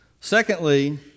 Secondly